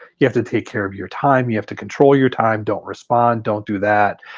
you have to take care of your time, you have to control your time, don't respond, don't do that.